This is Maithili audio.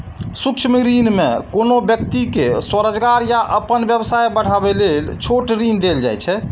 सूक्ष्म ऋण मे कोनो व्यक्ति कें स्वरोजगार या अपन व्यवसाय बढ़ाबै लेल छोट ऋण देल जाइ छै